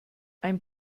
ein